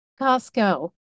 Costco